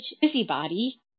busybody